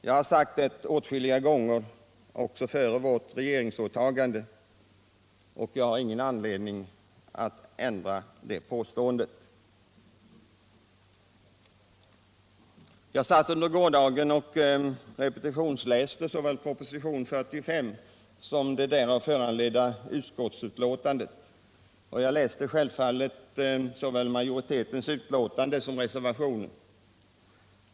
Jag har sagt det åtskilliga gånger också före vårt regeringsåtagande, och jag har ingen anledning att ändra det påståendet. Jag satt under gårdagen och repetitionsläste såväl propositionen 45 som det därav föranledda utskottsbetänkandet från finansutskottet. Jag läste självfallet såväl majoritetens utlåtande som reservationen.